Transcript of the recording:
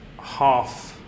half